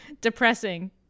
depressing